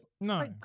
No